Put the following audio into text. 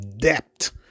depth